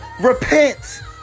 repent